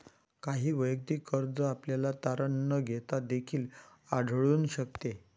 काही वैयक्तिक कर्ज आपल्याला तारण न घेता देखील आढळून शकते